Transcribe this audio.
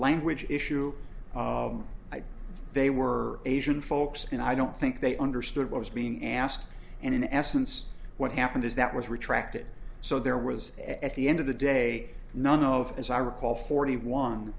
language issue they were asian folks and i don't think they understood what was being asked and in essence what happened is that was retracted so there was at the end of the day none of as i recall forty one